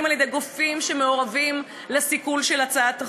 על-ידי גופים שמעורבים לסיכול של הצעת החוק.